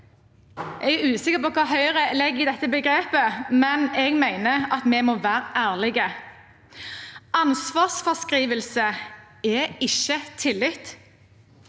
Jeg er usikker på hva Høyre legger i dette begrepet, men jeg mener at vi må være ærlige. Ansvarsfraskrivelse er ikke tillit.